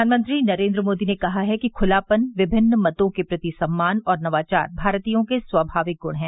प्रधानमंत्री नरेन्द्र मोदी ने कहा है कि खुलापन विभिन्न मतों के प्रति सम्मान और नवाचार भारतीयों के स्वाभाविक गुण है